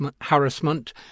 harassment